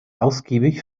ausgiebig